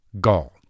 Gall